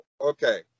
Okay